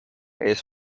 ees